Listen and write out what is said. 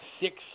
six